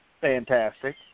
fantastic